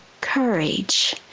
courage